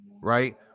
right